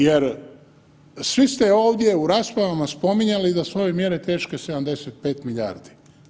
Jer svi ste ovdje u raspravama spominjali da su ove mjere teške 75 milijardi.